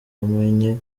umenye